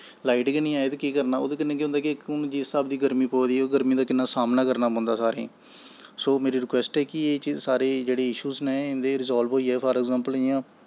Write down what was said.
light डतगुपू़ गै निं आए ते केह् करना ओह्दे कन्नै केह् होंदा कि दिक्खो हून जिस हिसाब दी गर्मी पवा दी ऐ गर्मी दा किन्ना सामना करना पौंदा ऐ सारें गी सो मेरी रिकवैस्ट ऐ कि एह् चीज सारे जेह्ड़े इशूज न रिज़ाल्ब होइयै फॉर अग़्ज़ैंपल जि'यां